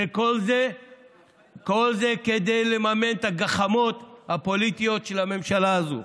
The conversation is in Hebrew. וכל זה כדי לממן את הגחמות הפוליטיות של הממשלה הזו.